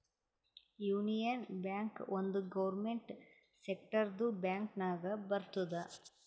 union Bank ಒಂದ್ government ಸೆಕ್ಟರ್ದು bank ನಾಗ್ ಬರ್ತುದ್